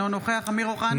אינו נוכח אמיר אוחנה,